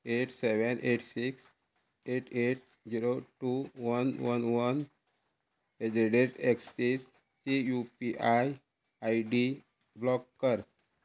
eight seven eight six eight eight zero two one one one at the rate एक्सिसची U P I I D block कर